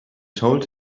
told